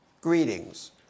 greetings